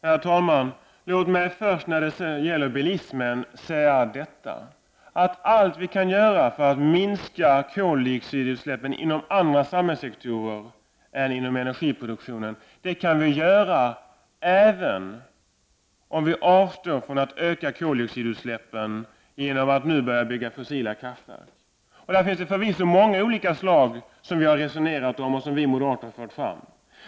Herr talman! Först vill jag när det gäller bilismen säga att vi kan minska koldioxidutsläppen inom andra samhällssektorer än inom energiproduktionen även om vi avstår från att bygga kraftverk för fossila bränslen, som ju innebär ökade koldioxidutsläpp. Det finns förvisso många olika åtgärder i det här sammanhanget som vi har resonerat om och som moderaterna har pekat på.